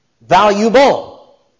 valuable